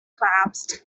clasped